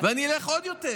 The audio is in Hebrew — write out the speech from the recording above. ואני אלך עוד יותר: